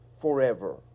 forever